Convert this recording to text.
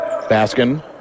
Baskin